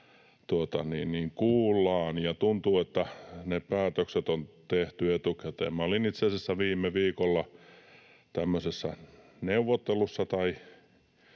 kuullaan, ja tuntuu, että ne päätökset on tehty etukäteen. Minä olin itse asiassa viime viikolla tämmöisessä neuvottelussa